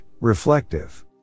reflective